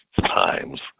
times